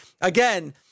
Again